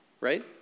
right